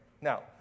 Now